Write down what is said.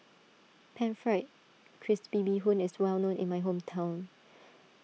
Pan Fried Crispy Bee Hoon is well known in my hometown